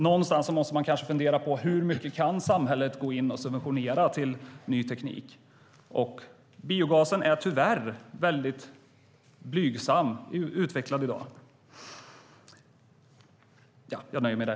Någonstans kanske man måste fundera på hur mycket samhället kan gå in och subventionera ny teknik. Biogasen är tyvärr väldigt blygsamt utvecklad i dag.